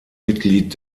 mitglied